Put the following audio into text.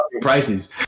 prices